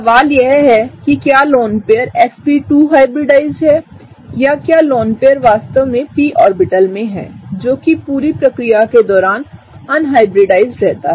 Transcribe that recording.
सवाल यह है कि क्या लोन पेयर sp2 हाइब्रिडाइज्ड है या क्या लोन पेयर वास्तव में p ऑर्बिटल में है जो कि पूरी प्रक्रिया के दौरान अनहाइब्रिडाइज्ड रहता है